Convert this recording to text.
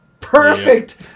Perfect